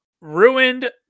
ruined